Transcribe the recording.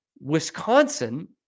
Wisconsin